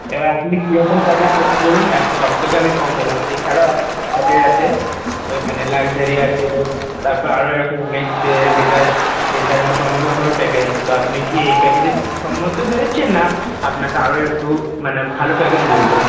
এবার আপনি কীরকম প্যাকেজ নেবেন বলুন সবথেকে আমি কম বললাম এছাড়াও আরও অনেক প্যাকেজ আছে মানে লাইব্রেরি আছে তারপর আরও এরকম অনেক ডেসার ডেসারের মতো অনেক রকমের প্যাকেজ আছে তো আপনি কি এই প্যাকেজে কম্বোতে চাইছেন না আপনাকে আরও একটু মানে ভালো প্যাকেজ বলব